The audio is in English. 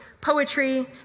poetry